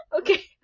okay